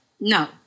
no